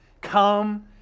Come